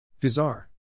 Bizarre